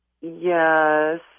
Yes